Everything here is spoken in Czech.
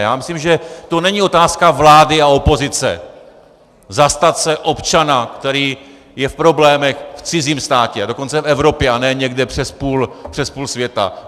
Já myslím, že to není otázka vlády a opozice, zastat se občana, který je v problémech v cizím státě, a dokonce v Evropě a ne někde přes půl světa.